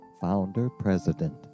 founder-president